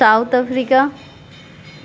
South Africa